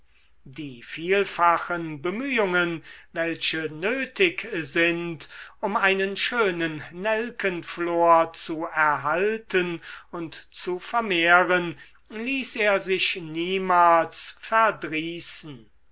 die vielfachen bemühungen welche nötig sind um einen schönen nelkenflor zu erhalten und zu vermehren ließ er sich niemals